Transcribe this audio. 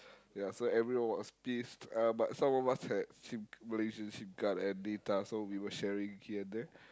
ya so everyone was pissed uh but some of us had sim Malaysian sim card and data so we were sharing here and there